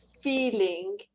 feeling